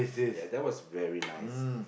ya that was very nice